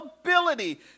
ability